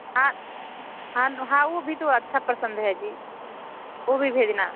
हाँ हाँ हाँ वो भी तो अच्छा पसंद है जी वो भी भेजना